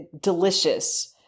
delicious